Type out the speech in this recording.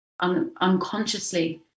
unconsciously